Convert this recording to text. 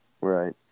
Right